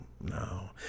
no